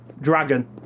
Dragon